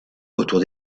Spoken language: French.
autour